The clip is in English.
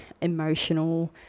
emotional